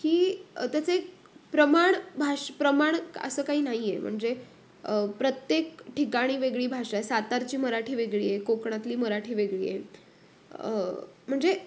की त्याचं एक प्रमाण भाषा प्रमाण असं काही नाही आहे म्हणजे प्रत्येक ठिकाणी वेगळी भाषा आहे सातारची मराठी वेगळी आहे कोकणातली मराठी वेगळी आहे म्हणजे